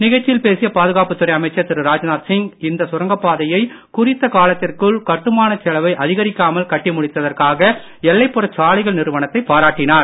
நிகழ்ச்சியில் பேசிய பாதுகாப்புத் துறை அமைச்சர் திரு ராஜ்நாத் சிங் இந்த சுரங்கப்பாதையை குறித்த காலத்திற்குள் கட்டுமானச் செலவை அதிகரிக்காமல் கட்டி முடித்ததற்காக எல்லைப் புற சாலைகள் நிறுவனத்தை பாராட்டினார்